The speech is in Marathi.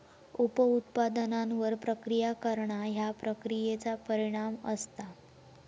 उप उत्पादनांवर प्रक्रिया करणा ह्या प्रक्रियेचा परिणाम असता